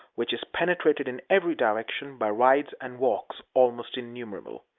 which is penetrated in every direction by rides and walks almost innumerable.